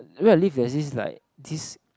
where I live that is like this